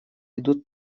идут